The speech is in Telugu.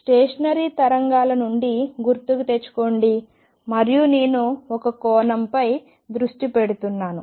స్టేషనరీ తరంగాల నుండి గుర్తుకు తెచ్చుకోండి మరియు నేను ఒక కోణం పై దృష్టి పెడుతున్నాను